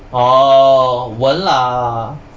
orh won't lah